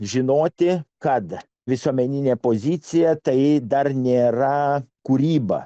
žinoti kad visuomeninė pozicija tai dar nėra kūryba